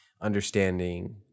understanding